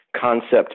concept